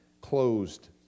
closed